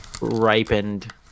ripened